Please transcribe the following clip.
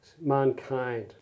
mankind